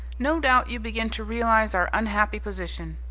no doubt you begin to realize our unhappy position.